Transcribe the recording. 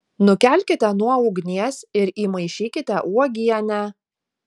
nukelkite nuo ugnies ir įmaišykite uogienę